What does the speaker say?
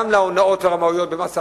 גם להונאות והרמאויות במס הכנסה,